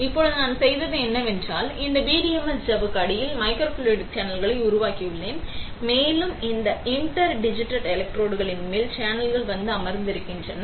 இப்போது நாம் செய்தது என்னவென்றால் இந்த பிடிஎம்எஸ் சவ்வுக்கு அடியில் மைக்ரோஃப்ளூய்டிக் சேனல்களை உருவாக்கியுள்ளோம் மேலும் இந்த இன்டர்டிஜிட்டட் எலக்ட்ரோடுகளின் மேல் சேனல்கள் வந்து அமர்ந்திருக்கின்றன